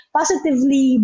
positively